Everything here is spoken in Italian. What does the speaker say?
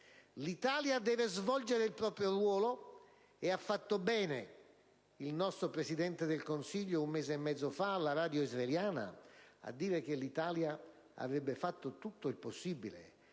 l'Italia deve svolgere il proprio ruolo, e bene ha fatto il nostro Presidente del Consiglio un mese e mezzo fa a dire alla radio israeliana che l'Italia avrebbe fatto tutto il possibile